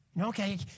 Okay